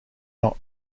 not